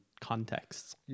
contexts